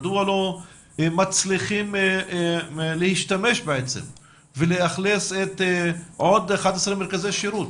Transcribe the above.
מדוע לא מצליחים להשתמש ולאכלס את עוד 11 מרכזי שירות?